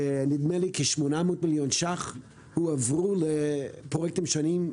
נדמה לי שכ-800 מיליון ש"ח הועברו לפרויקטים שונים,